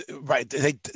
Right